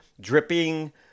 dripping